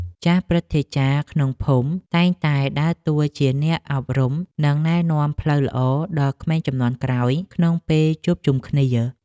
ចាស់ព្រឹទ្ធាចារ្យក្នុងភូមិតែងតែដើរតួជាអ្នកអប់រំ និងណែនាំផ្លូវល្អដល់ក្មេងជំនាន់ក្រោយក្នុងពេលជួបជុំគ្នា។